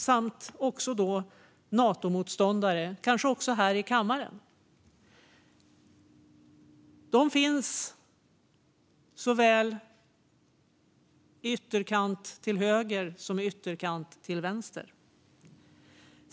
Det gläder även Natomotståndarna, kanske även här i kammaren, som finns i både ytterkantshögern och ytterkantsvänstern.